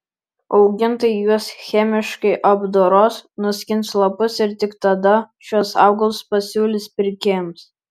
augintojai juos chemiškai apdoros nuskins lapus ir tik tada šiuos augalus pasiūlys pirkėjams